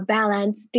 Balance